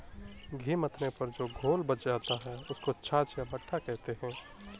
घी मथने पर जो घोल बच जाता है, उसको छाछ या मट्ठा कहते हैं